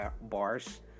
bars